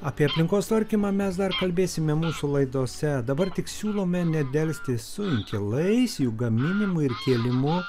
apie aplinkos tvarkymą mes dar kalbėsime mūsų laidose dabar tik siūlome nedelsti su inkilais jų gaminimu ir kėlimu